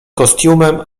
kostiumem